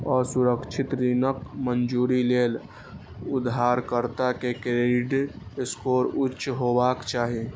असुरक्षित ऋणक मंजूरी लेल उधारकर्ता के क्रेडिट स्कोर उच्च हेबाक चाही